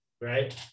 right